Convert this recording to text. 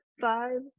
Five